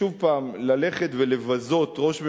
שוב, ללכת ולבזות ראש ממשלה,